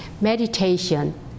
meditation